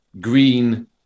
green